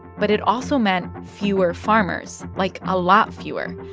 but it also meant fewer farmers like, a lot fewer.